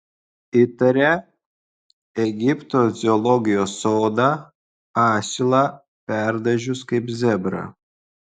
įtaria egipto zoologijos sodą asilą perdažius kaip zebrą